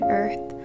earth